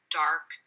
dark